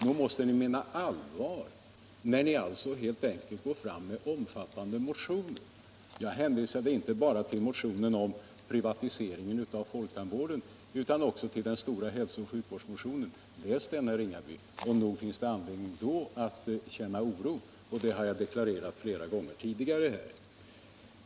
Nog måste ni mena allvar när ni går fram med omfattande motioner. Jag hänvisade inte bara till motionen om privatiseringen av folktandvården utan också till den stora hälsooch sjukvårdsmotionen. Läs den, herr Ringaby! Nog finns det anledning att känna oro, och det har jag deklarerat många gånger tidigare.